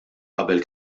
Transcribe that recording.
qabel